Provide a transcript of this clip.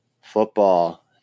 Football